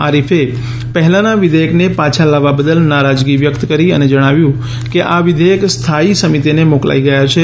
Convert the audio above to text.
આરિફે પહેલાના વિધ્યકને પાછા લાવા બદલ નારાજગી વ્યક્ત કરી અને જણાવ્યું કે આ વિઘેયક સ્થાયી સમિતિને મોકલાય ગયા છે